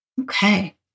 Okay